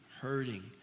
hurting